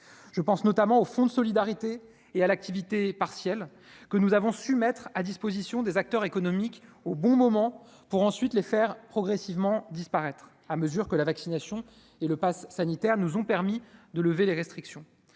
je pense notamment aux fonds de solidarité et à l'activité partielle, que nous avons su mettre à disposition des acteurs économiques au bon moment pour ensuite les faire progressivement disparaître à mesure que la vaccination et le Pass sanitaire nous ont permis de lever les restrictions